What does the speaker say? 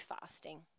fasting